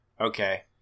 okay